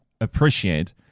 appreciate